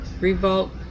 revolt